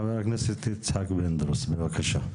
חבר הכנסת יצחק פינדרוס, בבקשה.